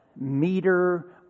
meter